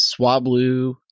Swablu